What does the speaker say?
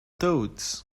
toads